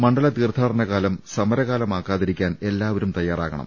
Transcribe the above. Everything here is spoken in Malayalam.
മണ്ഡല തീർത്ഥാടനകാലം സമരകാലുമാക്കാതിരിക്കാൻ എല്ലാവരും തയ്യാറാവണം